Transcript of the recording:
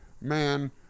man